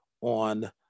on